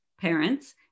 parents